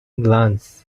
glance